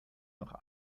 noch